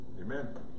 Amen